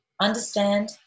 understand